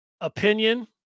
opinion